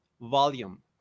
volume